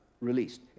released